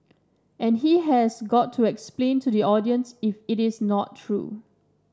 and he has got to explain to the audiences if it is not true